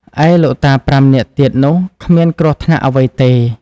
ឯលោកតា៥នាក់ទៀតនោះ គ្មានគ្រោះថ្នាក់អ្វីទេ។